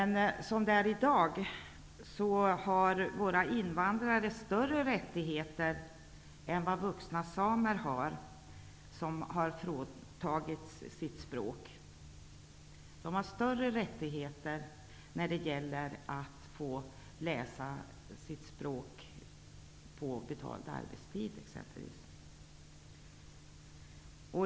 I dag har våra invandrare större rättigheter än vad vuxna samer som fråntagits sitt språk har. De har t.ex. större rättigheter att få läsa sitt språk på betald arbetstid.